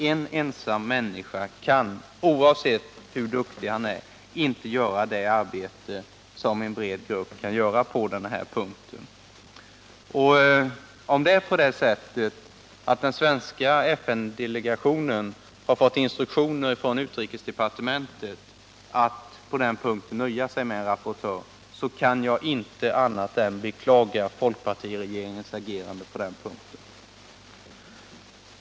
En ensam människa kan, oavsett hur duktig han än är, inte göra det arbete som en grupp med brett underlag kan göra på denna punkt. Om den svenska FN-delegationen har fått instruktioner från utrikesdepartementet att i det här avseendet nöja sig med en rapportör kan jag inte annat än beklaga folkpartiregeringens agerande.